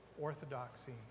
orthodoxy